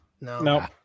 no